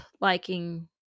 liking